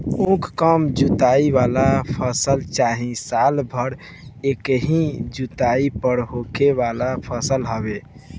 उख कम जुताई वाला फसल चाहे साल भर एकही जुताई पर होखे वाला फसल हवे